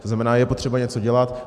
To znamená, je potřeba něco dělat.